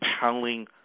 compelling